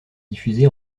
diffusée